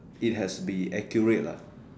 it has be accurate lah